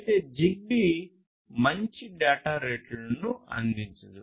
అయితే జిగ్బీ మంచి డేటా రేట్లను అందించదు